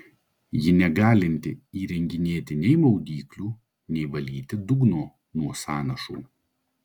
ji negalinti įrenginėti nei maudyklių nei valyti dugno nuo sąnašų